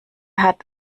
hat